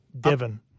Devon